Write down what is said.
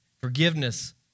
Forgiveness